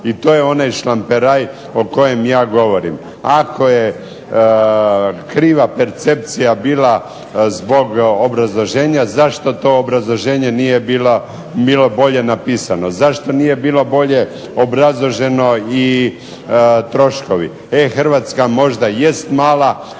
i to je onaj šlamperaj o kojem ja govorim. Ako je kriva percepcija bila zbog obrazloženja, zašto to obrazloženje nije bilo bolje napisano. Zašto nije bilo bolje obrazloženo i troškovi. e-Hrvatska možda jeste mala,